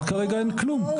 נחקר כרגע אין כלום.